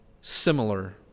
similar